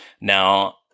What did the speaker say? Now